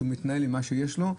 שהוא מתנהל עם מה שיש לו,